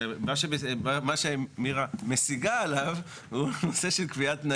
מה שמירה משיגה עליו הוא נושא של קביעת תנאים.